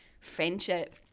friendship